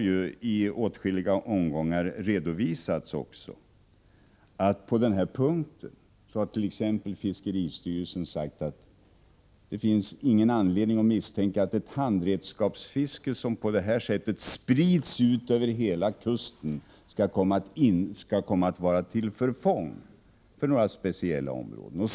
Fiskeristyrelsen har t.ex. sagt att det inte finns anledning misstänka att ett handredskapsfiske, som på det här sättet sprids ut över hela kusten, kommer att vara till förfång.